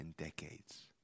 decades